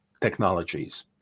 technologies